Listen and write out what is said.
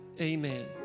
Amen